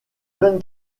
jeune